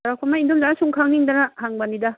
ꯆꯥꯎꯔꯥꯛꯄ ꯑꯃ ꯏꯗꯣꯝꯆꯥꯅ ꯁꯨꯝ ꯈꯪꯅꯤꯡꯗꯅ ꯍꯪꯕꯅꯤꯗ